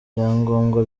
byangombwa